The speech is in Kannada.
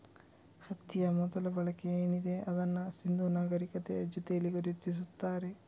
ಹತ್ತಿಯ ಮೊದಲ ಬಳಕೆ ಏನಿದೆ ಅದನ್ನ ಸಿಂಧೂ ನಾಗರೀಕತೆಯ ಜೊತೇಲಿ ಗುರುತಿಸ್ತಾರೆ